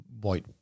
white